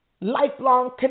lifelong